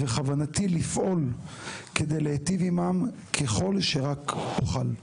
ובכוונתי לפעול כדי להיטיב עימם ככל שרק נוכל.